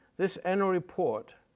this annual report,